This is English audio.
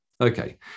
Okay